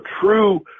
true